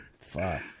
Fuck